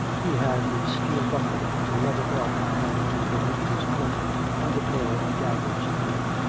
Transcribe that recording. he had his steel buckled leather belt upon him beneath his cloak and a pair of daggers in it,